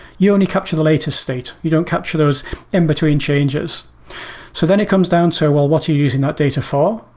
you only captured the latest state. you don't capture those in between changes so then it comes down to, so well, what are you using that data for?